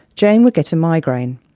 jane would get a migraine.